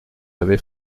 avait